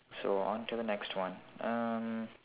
so on to the next one um